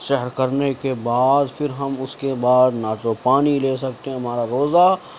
سحر کرنے کے بعد پھر ہم اس کے بعد نہ تو پانی لے سکتے ہیں ہمارا روزہ